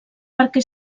perquè